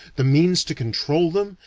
the means to control them,